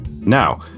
now